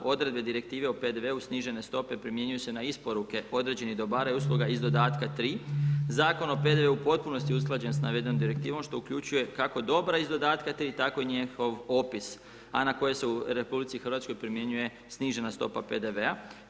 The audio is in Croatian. Odredbe Direktive o PDV-u snižene stope primjenjuju se na isporuke određenih dobara i usluga iz dodatka 3 Zakon o PDV-u u potpunosti je usklađen sa navedenom Direktivom što uključuje kako dobra iz dodatka 3 tako i njihov opis a na koje se u RH primjenjuje snižena stopa PDV-a.